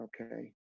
okay